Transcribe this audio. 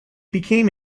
became